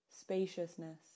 spaciousness